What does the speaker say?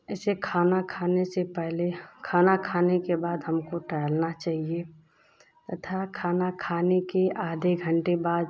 इसे खाना खाने से पहले खाना खाने के बाद हमको टहलना चाहिए तथा खाना खाने के आधे घंटे बाद